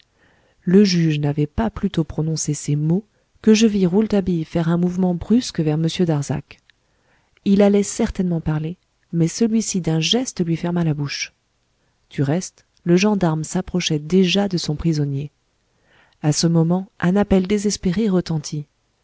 le juge n'avait pas plutôt prononcé ces mots que je vis rouletabille faire un mouvement brusque vers m darzac il allait certainement parler mais celui-ci d'un geste lui ferma la bouche du reste le gendarme s'approchait déjà de son prisonnier à ce moment un appel désespéré retentit